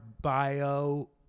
bio